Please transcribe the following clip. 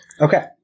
Okay